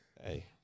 Hey